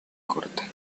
corta